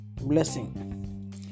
blessing